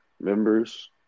members